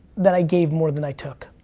that i gave more than i took.